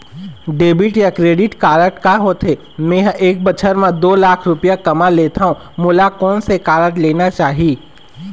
Debit या credit card का होथे, मे ह एक बछर म दो लाख रुपया कमा लेथव मोला कोन से कारड लेना चाही?